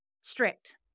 strict